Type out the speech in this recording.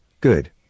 good